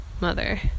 mother